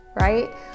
right